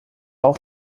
auch